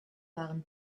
waren